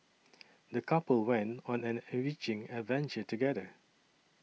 the couple went on an enriching adventure together